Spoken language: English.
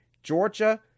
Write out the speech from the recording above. georgia